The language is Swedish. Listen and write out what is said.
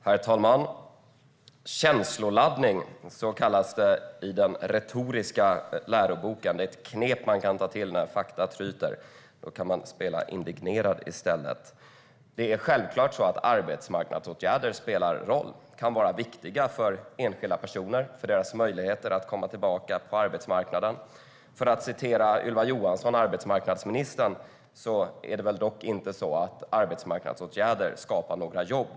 Herr talman! Känsloladdning kallas det i läroboken om retorik. Det är ett knep man kan ta till när fakta tryter. Då kan man spela indignerad i stället. Självklart spelar arbetsmarknadsåtgärder roll. De kan vara viktiga för enskilda personer och för deras möjligheter att komma tillbaka på arbetsmarknaden. Men arbetsmarknadsåtgärder skapar inte några jobb.